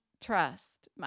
trust